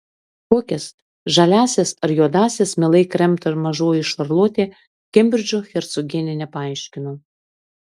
kokias žaliąsias ar juodąsias mielai kremta mažoji šarlotė kembridžo hercogienė nepaaiškino